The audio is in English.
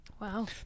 Wow